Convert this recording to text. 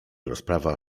rozprawa